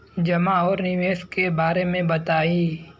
जमा और निवेश के बारे मे बतायी?